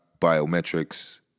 biometrics